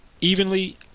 Evenly